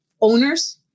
owners